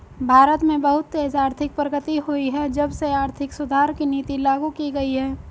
भारत में बहुत तेज आर्थिक प्रगति हुई है जब से आर्थिक सुधार की नीति लागू की गयी है